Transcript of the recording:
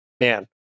man